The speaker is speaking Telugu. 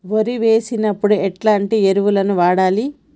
వరి వేసినప్పుడు ఎలాంటి ఎరువులను వాడాలి?